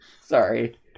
sorry